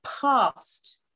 past